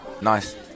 Nice